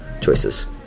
choices